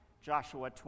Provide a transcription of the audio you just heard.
Joshua